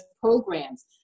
programs